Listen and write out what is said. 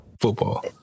football